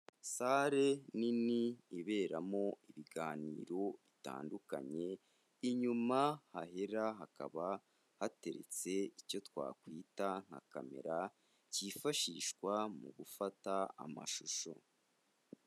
Sale nini iberamo ibiganiro bitandukanye inyuma hahera hakaba hateretse icyo twakwita nka kamera cyifashishwa mu gufata amashusho.